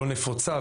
לא נפוצה,